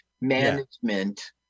management